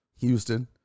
Houston